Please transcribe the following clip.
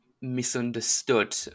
misunderstood